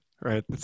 right